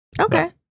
Okay